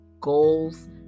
goals